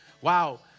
Wow